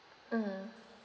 uh